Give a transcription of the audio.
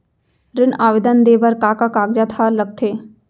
ऋण आवेदन दे बर का का कागजात ह लगथे?